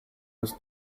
was